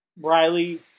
Riley